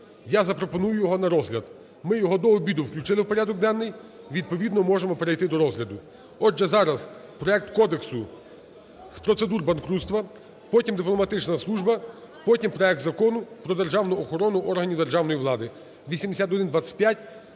я запропоную його на розгляд. Ми його до обіду включили в порядок денний, відповідно можемо перейти до розгляду. Отже, зараз проект Кодексу з процедур банкрутства, потім – дипломатична служба, потім – проект Закону про державну охорону органів державної влади (8125).